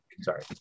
sorry